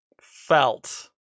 Felt